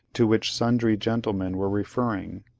to which sundry gentlemen were referring.